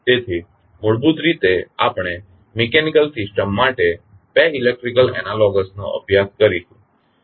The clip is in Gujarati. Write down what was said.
તેથી મૂળભૂત રીતે આપણે મિકેનીકલ સિસ્ટમ્સ માટે 2 ઇલેક્ટ્રીકલ એનાલોગસનો અભ્યાસ કરીશું